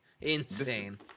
insane